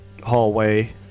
hallway